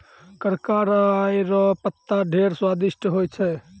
करका राय रो पत्ता ढेर स्वादिस्ट होय छै